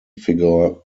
figure